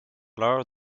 l’heure